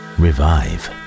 revive